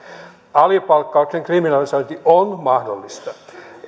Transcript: alipalkkauksen kriminalisointi on mahdollista